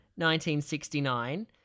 1969